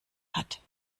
hat